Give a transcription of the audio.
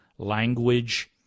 language